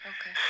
Okay